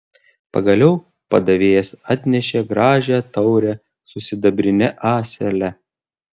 pagaliau padavėjas atnešė gražią taurę su sidabrine ąsele